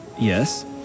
Yes